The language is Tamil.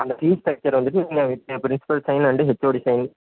அந்த ஃபீஸ் ஸ்ட்ரக்சரை வந்துட்டு நீங்கள் இப்போ principal sign and HOD sign